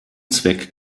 zweck